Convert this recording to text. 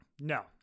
No